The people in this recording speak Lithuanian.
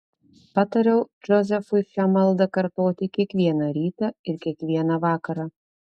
patariau džozefui šią maldą kartoti kiekvieną rytą ir kiekvieną vakarą